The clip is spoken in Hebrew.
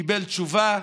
הוא קיבל תשובה,